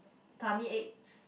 tummy aches